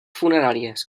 funeràries